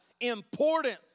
important